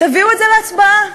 תביאו את זה להצבעה.